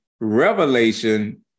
revelation